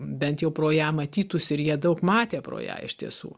bent jau pro ją matytųsi ir jie daug matė pro ją iš tiesų